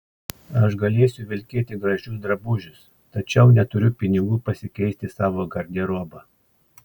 aš galėsiu vilkėti gražius drabužius tačiau neturiu pinigų pasikeisti savo garderobą